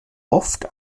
oft